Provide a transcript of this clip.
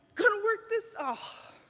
gonna work this ah